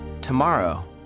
tomorrow